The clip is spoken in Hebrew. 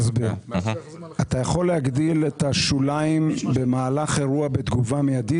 אתה יכול להגדיל את השוליים במהלך אירוע בתגובה מיידית,